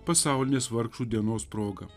pasaulinės vargšų dienos proga